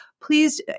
please